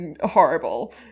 Horrible